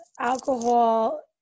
alcohol